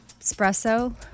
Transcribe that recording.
espresso